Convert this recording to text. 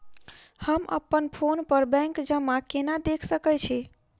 हम अप्पन फोन पर बैंक जमा केना देख सकै छी?